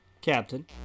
Captain